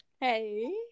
Hey